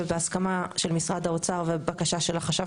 ובהסכמה של משרד האוצר והבקשה של החשב